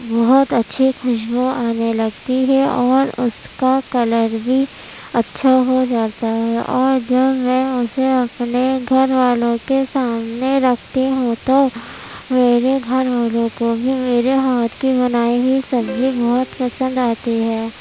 بہت اچھی خوشبو آنے لگتی ہے اور اس کا کلر بھی اچھا ہو جاتا ہے اور جب میں اسے اپنے گھر والوں کے سامنے رکھتی ہوں تو میرے گھر والوں کو بھی میرے ہاتھ کی بنائی ہوئی سبزی بہت پسند آتی ہے